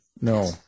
No